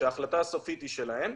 ההחלטה הסופית היא שלהם,